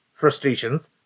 frustrations